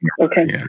Okay